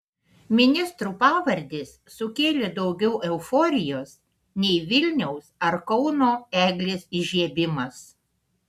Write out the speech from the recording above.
ministrų pavardės sukėlė daugiau euforijos nei vilniaus ar kauno eglės įžiebimas